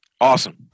Awesome